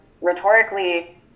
rhetorically